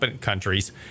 countries